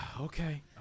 okay